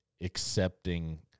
accepting